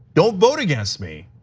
don't vote against me,